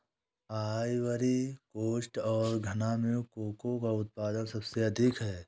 Ivory coast और घना में कोको का उत्पादन सबसे अधिक है